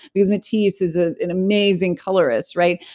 because matisse is ah an amazing colorist, right?